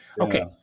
okay